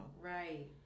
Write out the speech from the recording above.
Right